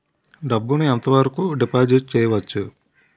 డబ్బు ను ఎంత వరకు డిపాజిట్ చేయవచ్చు?